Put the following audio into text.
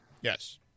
Yes